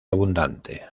abundante